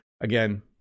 Again